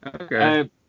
okay